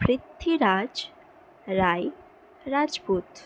Prithviraj Roy Rajput